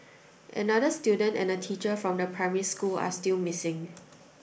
another student and a teacher from the primary school are still missing